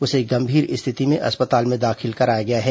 उसे गंभीर स्थिति में अस्पताल में दाखिल कराया गया है